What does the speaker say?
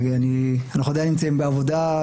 אנחנו עדיין נמצאים בעבודה,